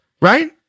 Right